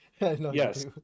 yes